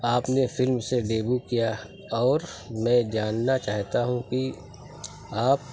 آپ نے فلم سے ڈیبیو کیا اور میں جاننا چاہتا ہوں کہ آپ